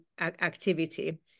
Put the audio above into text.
activity